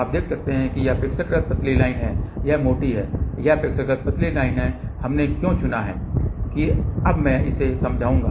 आप देख सकते हैं कि यह अपेक्षाकृत पतली लाइन है यह मोटी है यह अपेक्षाकृत पतली लाइन है हमने क्यों चुना है कि अब मैं इसे समझाऊंगा